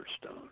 stone